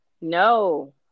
No